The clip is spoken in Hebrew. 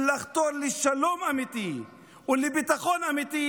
לחתור לשלום אמיתי ולביטחון אמיתי.